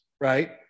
right